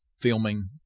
filming